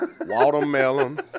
watermelon